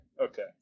Okay